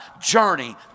journey